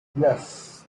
yes